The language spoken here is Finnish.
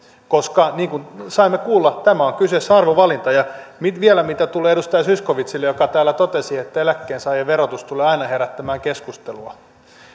niin kuin saimme kuulla tässä on kyseessä arvovalinta vielä mitä tulee edustaja zyskowicziin joka täällä totesi että eläkkeensaajien verotus tulee aina herättämään keskustelua